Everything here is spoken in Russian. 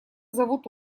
зовут